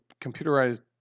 computerized